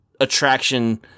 attraction